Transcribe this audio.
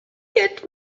get